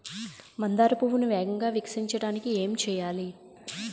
మందార పువ్వును వేగంగా వికసించడానికి ఏం చేయాలి?